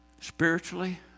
Spiritually